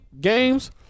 Games